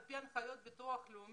על פי הנחיות הביטוח הלאומי,